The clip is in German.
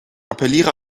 appelliere